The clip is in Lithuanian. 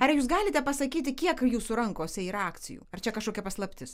ar jūs galite pasakyti kiek jūsų rankose yra akcijų ar čia kažkokia paslaptis